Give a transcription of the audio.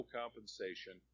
compensation